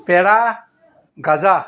পেৰা গজা